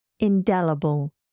Indelible